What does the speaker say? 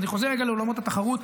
אני חוזר רגע לעולמות התחרות,